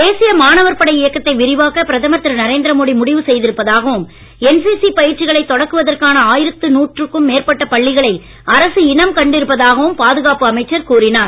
தேசிய மாணவர் படை இயக்கத்தை விரிவாக்க பிரதமர் திரு நரேந்திர மோடி முடிவு செய்திருப்பதாகவும் என்சிசி பயிற்சிகளை தொடக்குவதற்கான ஆயிரத்து நூறுக்கும் மேற்பட்ட பள்ளிகளை அரசு இனம் கண்டிருப்பதாகவும் பாதுகாப்பு அமைச்சர் கூறினார்